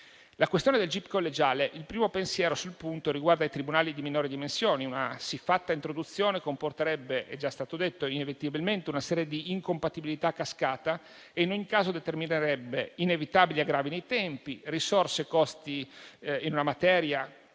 alla questione del gip collegiale, il primo pensiero sul punto riguarda i tribunali di minori dimensioni. Una siffatta introduzione comporterebbe inevitabilmente - come è già stato detto - una serie di incompatibilità a cascata e in ogni caso determinerebbe inevitabili aggravi nei tempi, nelle risorse e nei costi - in una materia,